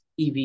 EV